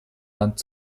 land